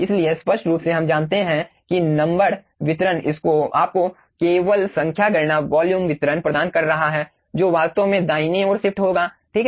इसलिए स्पष्ट रूप से हम जानते हैं कि नंबर वितरण आपको केवल संख्या गणना वॉल्यूम वितरण प्रदान कर रहा है जो वास्तव में दाहिनी ओर शिफ्ट होगा ठीक है